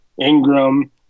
Ingram